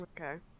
Okay